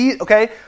Okay